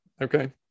Okay